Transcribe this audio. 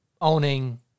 owning